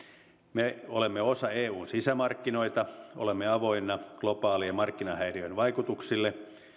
me olemme osa eun sisämarkkinoita olemme avoinna globaalien markkinahäiriöiden vaikutuksille